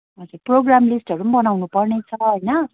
हजुर प्रोग्राम लिस्टहरू पनि बनाउनपर्ने छ होइन